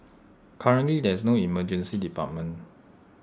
currently there is no Emergency Department